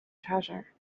treasure